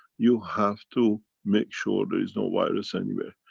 you have to make sure there is no virus anywhere.